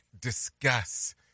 discuss